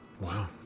Wow